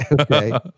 Okay